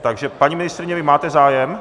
Takže paní ministryně, vy máte zájem?